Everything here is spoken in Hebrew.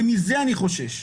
ומזה אני חושש.